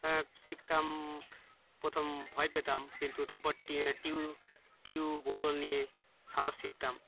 হ্যাঁ শিখতাম প্রথম ভয় পেতাম কিন্তু তারপর টি টিউব টিউব বোতল নিয়ে সাঁতার শিখতাম